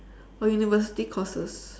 or university courses